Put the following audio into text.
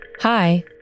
Hi